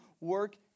work